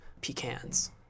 pecans